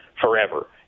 forever